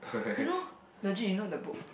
you know legit you know the book